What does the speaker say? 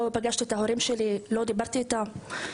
לא פגשתי את ההורים שלי ולא דיברתי איתם.